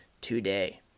today